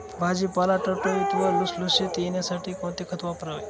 भाजीपाला टवटवीत व लुसलुशीत येण्यासाठी कोणते खत वापरावे?